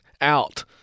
out